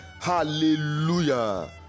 Hallelujah